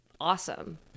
awesome